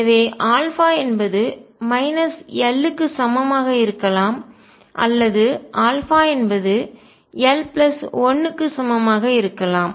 எனவே என்பது l க்கு சமமாக இருக்கலாம் அல்லது என்பது l1 க்கு சமமாக இருக்கலாம்